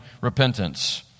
repentance